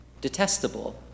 detestable